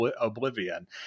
oblivion